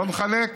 לא נחלק,